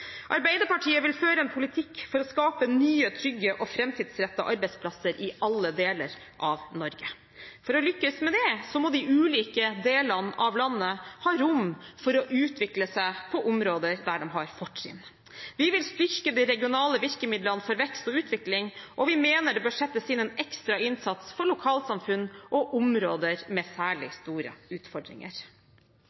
Arbeiderpartiet vil føre en politikk for å skape nye, trygge og framtidsrettede arbeidsplasser i alle deler av Norge. For å lykkes med det må de ulike delene av landet ha rom for å utvikle seg på områder der de har fortrinn. Vi vil styrke de regionale virkemidlene for vekst og utvikling, og vi mener det bør gjøres en ekstra innsats for lokalsamfunn og områder med særlig